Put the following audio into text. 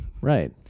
Right